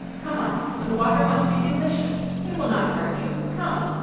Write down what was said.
come on. the water must be delicious it will not hurt you. come.